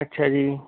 ਅੱਛਾ ਜੀ